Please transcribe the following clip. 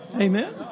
Amen